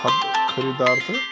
پتہٕ خٔریٖدار تہٕ